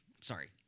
sorry